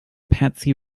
patsy